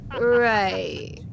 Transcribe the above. Right